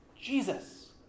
Jesus